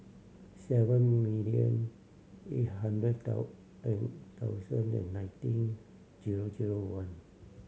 seven million eight hundred thousand and nineteen one